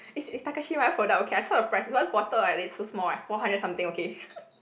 it's it's Takashimaya product okay I saw the price one bottle like that so small right four hundred something okay